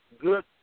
good